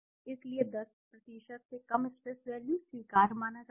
इसलिए 10 से कम स्ट्रेस वैल्यू स्वीकार्य माना जाता है